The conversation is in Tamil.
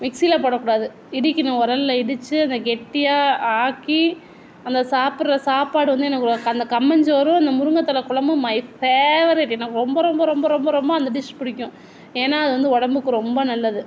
மிக்சியில் போடக்கூடாது இடிக்கணும் உரல்ல இடிச்சி அதை கெட்டியாக ஆக்கி அந்த சாப்பிடுற சாப்பாடு வந்து எனக்கு ரொ அந்த கம்மஞ்சோறு அந்த முருங்கை தழை குழம்பும் மை ஃபேவரெட் எனக்கு ரொம்ப ரொம்ப ரொம்ப ரொம்ப ரொம்ப அந்த டிஷ் பிடிக்கும் ஏன்னால் அது வந்து உடம்புக்கு ரொம்ப நல்லது